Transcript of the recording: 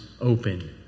open